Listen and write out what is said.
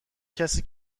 کسی